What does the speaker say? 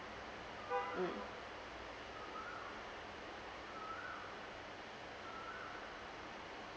mm